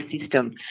system